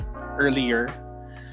earlier